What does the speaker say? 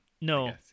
no